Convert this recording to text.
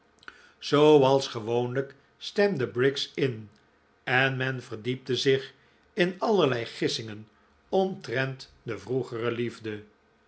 zooals gewoonlijk stemde briggs in en men verdiepte zich in allerlei gissingen omtrent de vroegere liefde